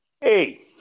Hey